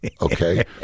okay